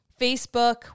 Facebook